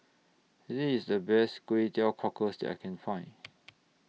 This IS The Best Kway Teow Cockles that I Can Find